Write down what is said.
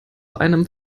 einem